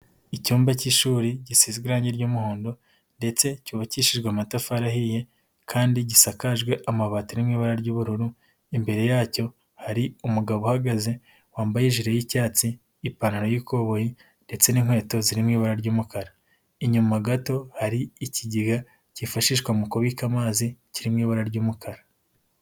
Icyumba k'ishuri gisiga iranranye ry'umuhondo, ndetse cyubakishijwe amatafari ahiye, kandi gisakajwe amabati ari mu ibara ry'ubururu, imbere yacyo hari umugabo uhagaze wambaye ijire y'icyatsi ipantaro, i'ikoboyi ndetse n'inkweto zirimo ibara ry'umukara, inyuma gato hari ikigega kifashishwa mu kubika amazi kirimo ibara ry'umukara.